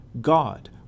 God